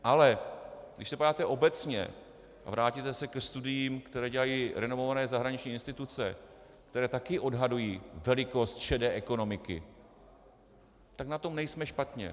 Ale když se podíváte obecně a vrátíte se ke studiím, které dělají renomované zahraniční instituce, které taky odhadují velikost šedé ekonomiky, tak na tom nejsme špatně.